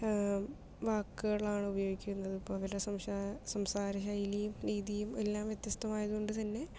വാക്കുകൾ ആണ് ഉപയോഗിക്കുന്നത് ഇപ്പോൾ അവരുടെ സംസാര സംസാരശൈലിയും രീതിയും എല്ലാം വ്യത്യസ്തമായത് കൊണ്ട് തന്നെ